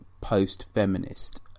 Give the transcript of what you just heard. post-feminist